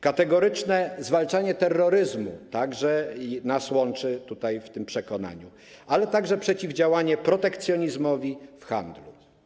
Kategoryczne zwalczanie terroryzmu także nas łączy w tym przekonaniu, ale także przeciwdziałanie protekcjonizmowi w handlu.